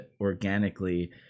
organically